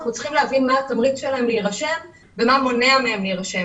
אנחנו צריכים להבין מה התמריץ שלהם להירשם ומה מונע מהם מלהירשם.